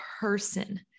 person